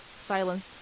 silence